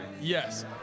Yes